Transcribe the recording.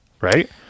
Right